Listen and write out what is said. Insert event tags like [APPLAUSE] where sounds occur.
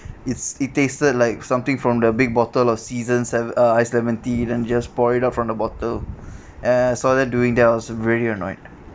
it's it tasted like something from the big bottle of seasons sev~ uh ice lemon tea then just pour it out from the bottle [BREATH] and I saw them doing that I was really annoyed